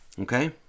Okay